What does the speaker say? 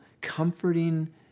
comforting